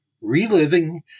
Reliving